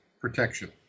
protection